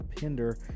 Pinder